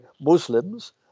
Muslims